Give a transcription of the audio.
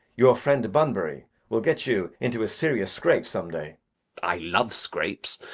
your friend bunbury will get you into a serious scrape some day i love scrapes.